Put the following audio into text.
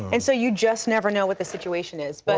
and so you just never know what the situation is. but